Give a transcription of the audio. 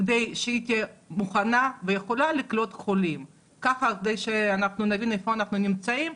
שתהיה מוכנה ויכולה לקלוט חולים כדי שנבין איפה אנחנו נמצאים.